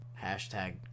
Hashtag